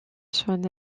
son